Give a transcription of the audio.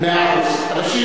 מאה אחוז.